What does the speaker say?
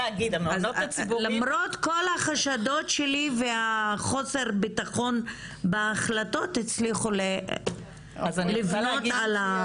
למרות כל החשדות שלי וחוסר הביטחון על ההחלטות הצליחו לבנות אצלי